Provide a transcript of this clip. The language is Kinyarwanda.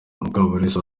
mukabalisa